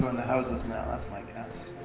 but and the houses now. that's my guess.